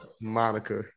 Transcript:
Monica